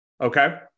Okay